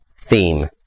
theme